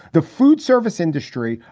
the food service industry,